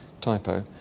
typo